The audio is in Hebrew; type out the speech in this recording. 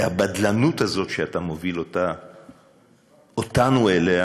והבדלנות הזאת שאתה מוביל אותנו אליה